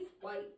white